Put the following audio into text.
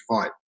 fight